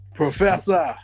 Professor